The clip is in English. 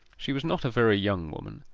she was not a very young woman,